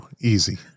Easy